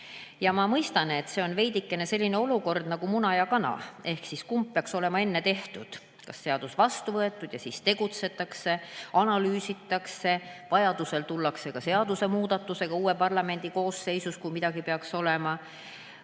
Ma mõistan, et see on veidikene selline olukord nagu muna ja kana – kumb peaks olema enne tehtud? Kas seadus peaks olema juba vastu võetud ja siis tegutsetakse, analüüsitakse, vajaduse korral tullakse ka seadusemuudatusega uues parlamendikoosseisus, kui midagi peaks olema,